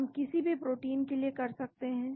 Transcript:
हम किसी भी प्रोटीन के लिए कर सकते हैं